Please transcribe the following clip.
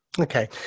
Okay